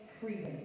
freedom